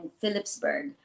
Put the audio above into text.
Phillipsburg